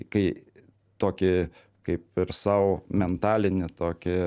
kai tokį kaip ir sau mentalinį tokį